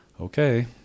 okay